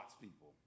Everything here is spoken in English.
people